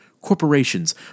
corporations